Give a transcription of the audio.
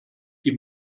die